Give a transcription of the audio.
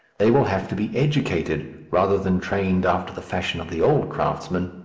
they will have to be educated rather than trained after the fashion of the old craftsman.